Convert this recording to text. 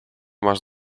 masz